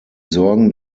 sorgen